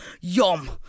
yum